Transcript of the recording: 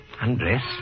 Undress